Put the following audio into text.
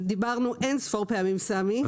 דיברנו אינספור פעמים, סאמי.